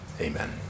amen